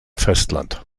festland